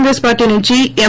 Congress party నుంచి ఎం